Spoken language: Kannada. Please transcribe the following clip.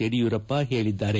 ಯಡಿಯೂರಪ್ಪ ಹೇಳಿದ್ದಾರೆ